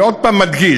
אני עוד פעם מדגיש: